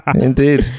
indeed